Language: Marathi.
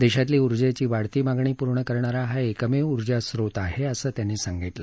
देशातली उर्जेची वाढती मागणी पूर्ण करणारा हा एकमेव उर्जास्त्रोत आहे असं त्यांनी सांगितलं